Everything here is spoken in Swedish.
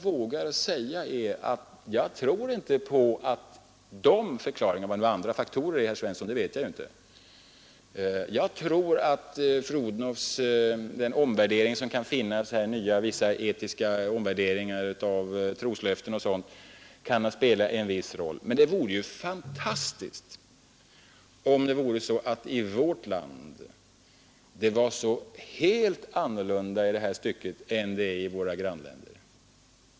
Vad nu ”andra faktorer” är vet jag inte, herr Svensson i Kungälv. Jag tror att vissa etiska omvärderingar av troslöften och liknande kan ha spelat en viss roll. Men det vore ju fantastiskt om det i vårt land var så helt annorlunda i det här stycket än det är i våra grannländer.